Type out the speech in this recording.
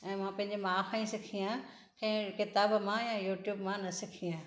ऐं मां पंहिंजे माउ खां ई सिखी आहियां कंहिं किताबु मां ऐं यूट्यूब मां न सिखी आहियां